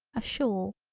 a shawl.